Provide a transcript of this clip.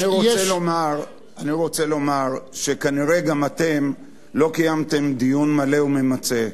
אני רוצה לומר שכנראה גם אתם לא קיימתם דיון מלא וממצה,